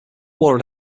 war